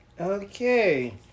Okay